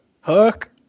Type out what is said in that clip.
Hook